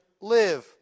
live